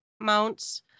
mounts